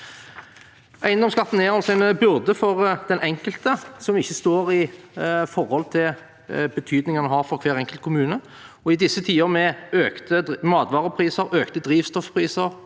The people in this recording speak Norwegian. Eiendomsskatten er en byrde for den enkelte som ikke står i forhold til betydningen den har for hver en kelt kommune. I disse tider, med økte matvarepriser, økte drivstoffpriser,